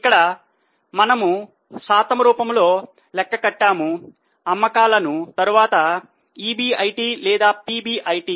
ఇక్కడ మనము లెక్క కట్టాము శాతం రూపములో అమ్మకాలను తరువాత EBIT లేదా PBIT